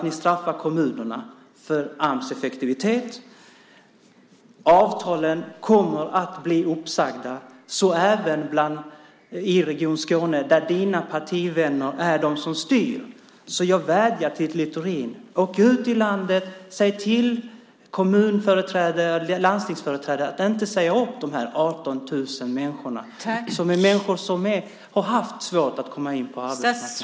Ni straffar kommunerna för Ams effektivitet. Avtalen kommer att bli uppsagda, även i Region Skåne, där dina partivänner är de som styr. Jag vädjar till Littorin: Åk ut i landet och säg till kommun och landstingsföreträdare att inte säga upp de här 18 000 människorna, som har haft svårt att komma in på arbetsmarknaden.